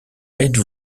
êtes